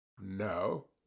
No